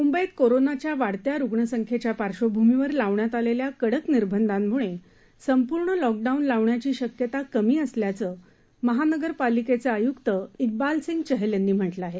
मुंबईत कोरोनाच्या वाढत्या रुग्ण संख्येच्या पार्श्वभूमीवर लावण्यात आलेल्या कडक निर्बंधांमुळे संपूर्ण लॉकडाऊन लावण्याची शक्यता कमी असल्याचं महानगरपालिकेचे आयुक्त विबाल सिंग चहल यांनी म्हटलं आहे